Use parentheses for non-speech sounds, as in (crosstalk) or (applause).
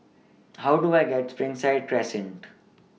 How Do I get to Springside Crescent (noise)